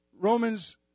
Romans